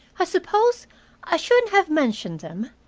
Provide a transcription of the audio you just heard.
i suppose i shouldn't have mentioned them.